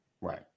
Right